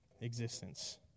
existence